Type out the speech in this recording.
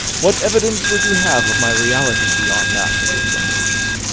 what evidence would you have of my reality beyond that of your senses?